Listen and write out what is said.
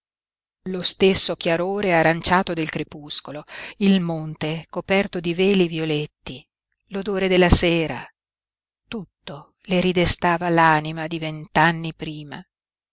lo stesso chiarore aranciato del crepuscolo il monte coperto di veli violetti l'odore della sera tutto le ridestava l'anima di vent'anni prima